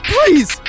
Please